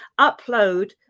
upload